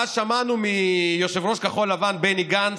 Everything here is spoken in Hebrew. ואז שמענו מיושב-ראש כחול לבן בני גנץ: